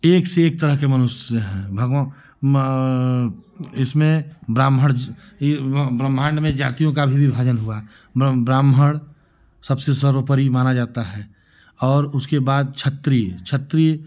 एक से एक तरह के मनुष्य हैं भग एँ इसमें ब्राह्मण यह वह ब्रह्माण्ड में जातियों का भी विभाजन हुआ ब्राह्मण सबसे सर्वोपरि माना जाता है और उसके बाद क्षत्रीय क्षत्रीय